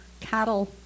cattle